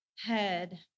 Head